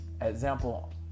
example